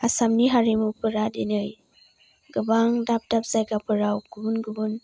आसामनि हारिमुफोरा दिनै गोबां दाब दाब जायगाफोराव गुबुन गुबुन